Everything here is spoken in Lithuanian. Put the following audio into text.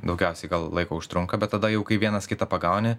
daugiausiai laiko užtrunka bet tada jau kai vienas kitą pagauni